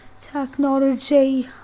technology